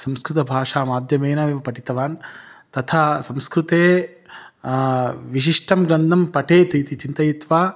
संस्कृतभाषा माध्यमेन पठितवान् तथा संस्कृते विशिष्टं ग्रन्थं पठेत् इति चिन्तयित्वा